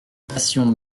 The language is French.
passion